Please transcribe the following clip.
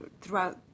throughout